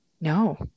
No